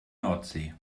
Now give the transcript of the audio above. nordsee